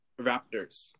Raptors